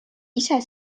ise